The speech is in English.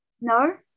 No